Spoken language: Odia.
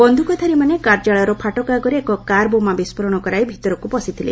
ବନ୍ଧୁକଧାରୀମାନେ କାର୍ଯ୍ୟାଳୟର ଫାଟକ ଆଗରେ ଏକ କାର୍ ବୋମା ବିସ୍ଫୋରଣ କରାଇ ଭିତରକୁ ପଶିଥିଲେ